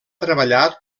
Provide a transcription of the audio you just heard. treballat